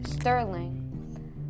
Sterling